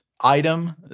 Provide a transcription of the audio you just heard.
item